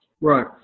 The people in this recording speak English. Right